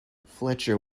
fletcher